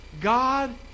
God